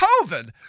COVID